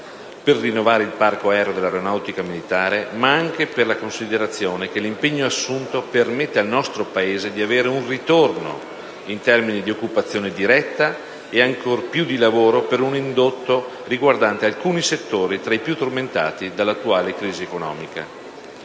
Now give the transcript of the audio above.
per rinnovare il parco aereo dell'Aeronautica militare, ma anche per la considerazione che l'impegno assunto permette al nostro Paese di avere un ritorno in termini di occupazione diretta e ancor più di lavoro, per un indotto riguardante alcuni settori tra i più tormentati dall'attuale crisi economica.